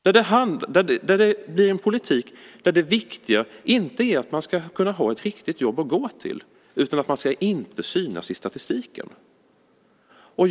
Det blir en politik där det viktiga inte är att man ska kunna ha ett riktigt jobb att gå till utan att man inte ska synas i statistiken.